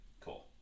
Cool